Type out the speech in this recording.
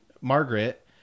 Margaret